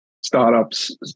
startups